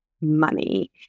money